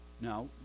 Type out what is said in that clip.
Now